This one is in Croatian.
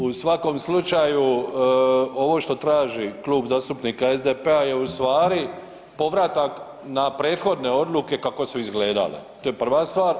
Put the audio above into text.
U svakom slučaju ovo što traži Klub zastupnika SDP-a je ustvari povratak na prethodne odluke kako su izgledale, to je prva stvar.